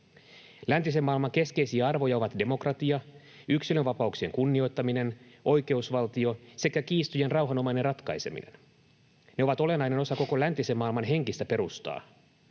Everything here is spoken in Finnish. Läntisen maailman keskeisiä arvoja ovat demokratia, yksilönvapauksien kunnioittaminen, oikeusvaltio sekä kiistojen rauhanomainen ratkaiseminen. Ne ovat olennainen osa koko läntisen maailman henkistä perustaa.